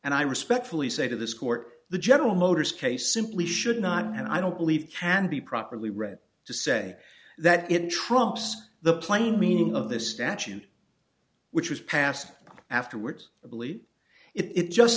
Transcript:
and i respectfully say to this court the general motors case simply should not and i don't believe can be properly read to say that it trumps the plain meaning of the statute which was passed afterwards i believe it just